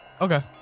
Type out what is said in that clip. Okay